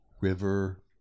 river